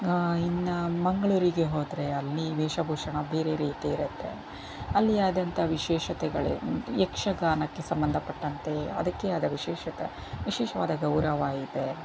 ಇನ್ನು ಮಂಗಳೂರಿಗೆ ಹೋದರೆ ಅಲ್ಲಿ ವೇಷಭೂಷಣ ಬೇರೆ ರೀತಿ ಇರತ್ತೆ ಅಲ್ಲಿ ಆದಂಥ ವಿಶೇಷತೆಗಳೇನು ಯಕ್ಷಗಾನಕ್ಕೆ ಸಂಬಂಧಪಟ್ಟಂತೆ ಅದಕ್ಕೇ ಆದ ವಿಶೇಷತೆ ವಿಶೇಷವಾದ ಗೌರವ ಇದೆ